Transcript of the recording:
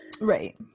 Right